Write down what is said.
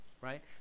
right